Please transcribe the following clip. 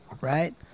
right